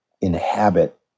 inhabit